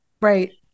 Right